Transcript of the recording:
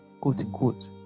quote-unquote